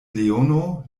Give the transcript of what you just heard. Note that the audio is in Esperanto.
leono